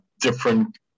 different